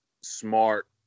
smart